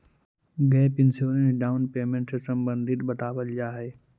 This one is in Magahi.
गैप इंश्योरेंस डाउन पेमेंट से संबंधित बतावल जाऽ हई